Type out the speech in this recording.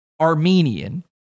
Armenian